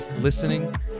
listening